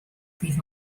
bydd